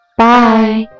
bye